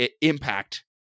impact